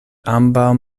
ambaŭ